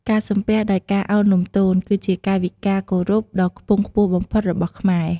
ការសំពះដោយការឱនលំទោន គឺជាកាយវិការគោរពដ៏ខ្ពង់ខ្ពស់បំផុតរបស់ខ្មែរ។